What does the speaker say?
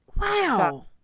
Wow